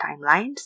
timelines